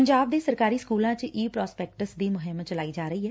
ਪੰਜਾਬ ਦੇ ਸਰਕਾਰੀ ਸਕੁਲਾਂ ਚ ਈ ਪ੍ਰਾਸਪੈਕਟਸ ਦੀ ਮੁਹਿੰਮ ਚਲਾਈ ਜਾ ਰਹੀ ਏ